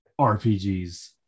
RPGs